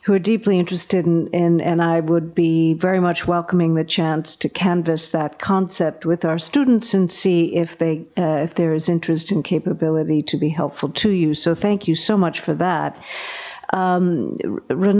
who are deeply interested in in and i would be very much welcoming the chance to canvass that concept with our students and see if they if there is interest in capability to be helpful to you so thank you so much for that